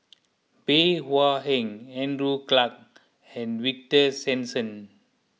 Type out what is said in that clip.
Bey Hua Heng Andrew Clarke and Victor Sassoon